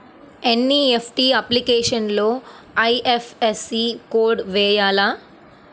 NEFT అప్లికేషన్లో IFSC code వేయాలా?